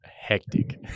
hectic